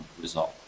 result